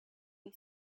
par